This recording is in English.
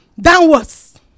downwards